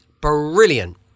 brilliant